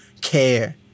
care